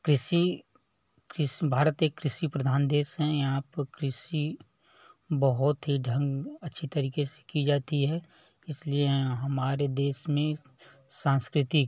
कृषि कृषि भारत एक कृषि प्रधान देश हैं यहाँ पर कृषि बहुत ही ढंग अच्छे तरीके से की जाती है इसलिए हमारे देश में सांस्कृतिक